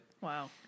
Wow